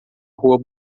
rua